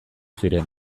ziren